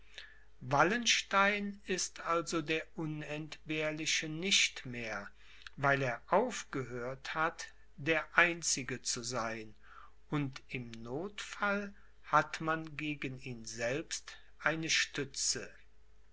wallenstein ist also der unentbehrliche nicht mehr weil er aufgehört hat der einzige zu sein und im nothfall hat man gegen ihn selbst eine stütze